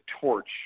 torch